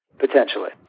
Potentially